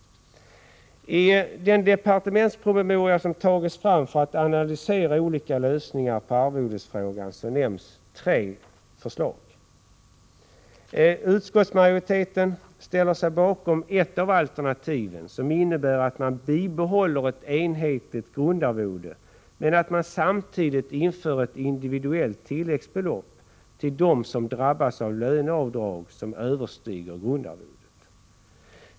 I den departementspromemoria som tagits fram för att man skall kunna analysera olika lösningar på arvodesfrågan nämns tre förslag. Utskottsmajoriteten ställer sig bakom ett av alternativen, det alternativ som innebär att man bibehåller ett enhetligt grundarvode men att man samtidigt inför ett individuellt tilläggsbelopp till dem som drabbas av löneavdrag som överstiger grundarvodet.